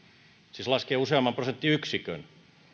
siis laskee useamman prosenttiyksikön